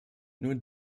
nur